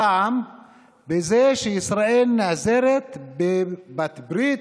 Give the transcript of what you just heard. הפעם זה שישראל נעזרת בבעלת ברית,